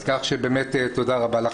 כך שתודה רבה לך.